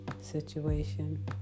situation